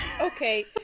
Okay